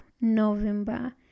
November